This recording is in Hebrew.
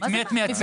את מי את מייצגת?